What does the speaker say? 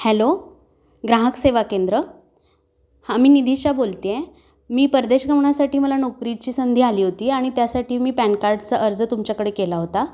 hello ग्राहक सेवा केंद्र हां मी निदीशा बोलतेय मी परदेश गमणासाठी मला नोकरीची संधी आली होती आणि त्यासाठी मी पॅन कार्डचा अर्ज तुमच्याकडे केला होता